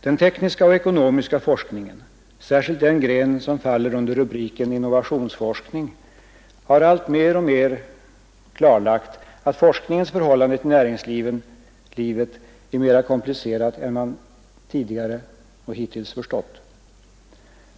Den tekniska och ekonomiska forskningen, särskilt den gren som faller under rubriken innovationsforskning, har alltmer och mer klarlagt att forskningens förhållande till näringslivet är mera komplicerat än man hittills förstått.